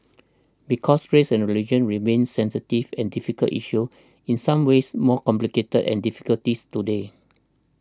because race and religion remain sensitive and difficult issues in some ways more complicated and difficulties today